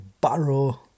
Barrow